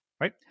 right